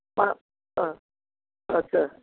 पा अँ अच्छा